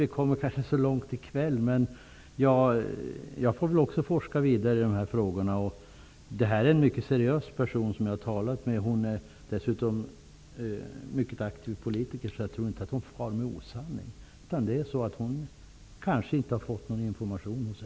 Vi kommer kanske inte så långt i kväll i detta sammanhang. Också jag får väl forska vidare i dessa frågor. Den person som jag talat med är mycket seriös, och hon är dessutom mycket aktiv politiker. Jag tror inte att hon far med osanning. Hon har kanske inte fått rätt information hos SJ.